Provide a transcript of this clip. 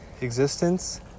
existence